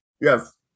Yes